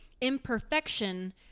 imperfection